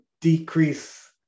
decrease